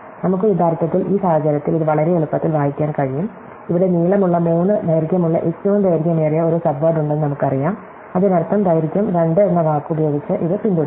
നമുക്ക് യഥാർത്ഥത്തിൽ ഈ സാഹചര്യത്തിൽ ഇത് വളരെ എളുപ്പത്തിൽ വായിക്കാൻ കഴിയും ഇവിടെ നീളമുള്ള 3 ദൈർഘ്യമുള്ള ഏറ്റവും ദൈർഘ്യമേറിയ ഒരു സബ്വേഡ് ഉണ്ടെന്ന് നമ്മുക്കറിയാം അതിനർത്ഥം ദൈർഘ്യം 2 എന്ന വാക്ക് ഉപയോഗിച്ച് ഇത് പിന്തുടരണം